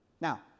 Now